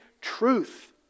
truth